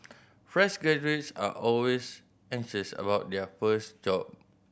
fresh graduates are always anxious about their first job